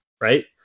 right